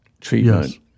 treatment